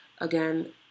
again